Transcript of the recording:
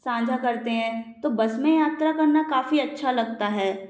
साझा करते है तो बस में यात्रा करना काफ़ी अच्छा लगता हैं